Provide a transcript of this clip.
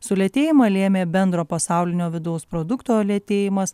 sulėtėjimą lėmė bendro pasaulinio vidaus produkto lėtėjimas